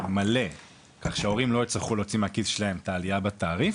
מלא כך שההורים לא יצטרכו להוציא מהכיס שלהם את העלייה בתעריף,